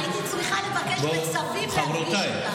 והייתי צריכה לבקש בצווים להפגיש אותם.